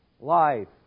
life